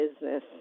business